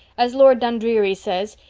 as lord dundreary says,